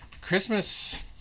Christmas